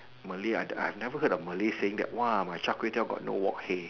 Malay I I have never heard of Malay saying that !woah! my Char-Kway-Teow got no work hey